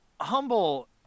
humble